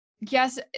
yes